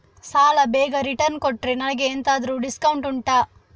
ಸಾಲ ಬೇಗ ರಿಟರ್ನ್ ಕೊಟ್ರೆ ನನಗೆ ಎಂತಾದ್ರೂ ಡಿಸ್ಕೌಂಟ್ ಉಂಟಾ